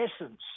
essence